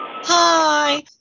Hi